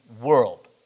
world